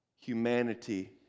humanity